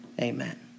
amen